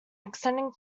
extending